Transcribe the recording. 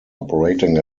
operating